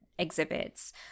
exhibits